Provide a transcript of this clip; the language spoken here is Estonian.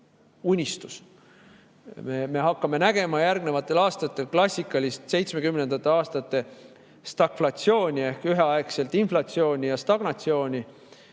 unistus. Me hakkame nägema järgnevatel aastatel klassikalist 1970. aastate stagflatsiooni ehk üheaegselt inflatsiooni ja stagnatsiooni.